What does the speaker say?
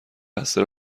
بسته